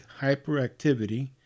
hyperactivity